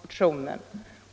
Herr talman!